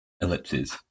ellipses